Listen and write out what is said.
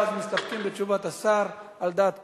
מסתפקים בתשובת השר, על דעת כולם.